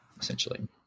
essentially